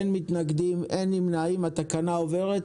אין מתנגדים, אין נמנעים התקנה עוברת.